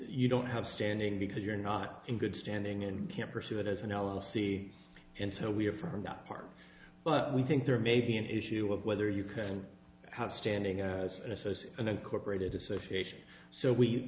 you don't have standing because you're not in good standing and can't pursue it as an l l c and so we're from that part but we think there may be an issue of whether you can have standing as an associate an incorporated association so we